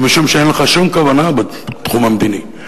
זה משום שאין לך שום כוונה בתחום המדיני.